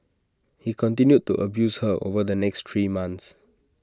he continued to abuse her over the next three months